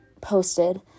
posted